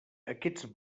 aquests